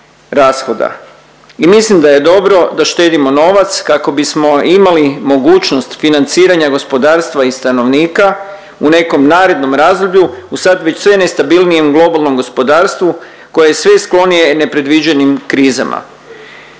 I mislim da je dobro da štedimo novac kako bismo imali mogućnost financiranja gospodarstva i stanovnika u nekom narednom razdoblju u sad već sve nestabilnijem globalnom gospodarstvu koje je sve sklonije nepredviđenim krizama.